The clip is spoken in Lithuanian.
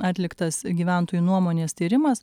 atliktas gyventojų nuomonės tyrimas